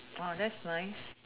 !wah! that's nice